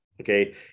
okay